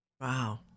Wow